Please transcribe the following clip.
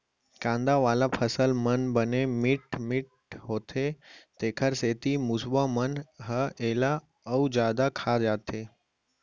कांदा वाला फसल मन बने मिठ्ठ होथे तेखर सेती मूसवा मन ह एला अउ जादा खा जाथे